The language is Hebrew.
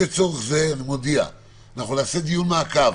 לצורך זה אני מודיע שנעשה דיון מעקב.